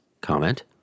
comment